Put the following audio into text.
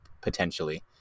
potentially